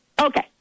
okay